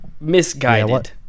misguided